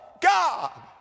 God